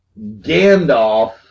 Gandalf